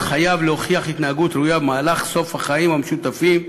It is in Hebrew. חייב להוכיח התנהגות ראויה במהלך סוף החיים המשותפים,